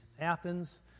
Athens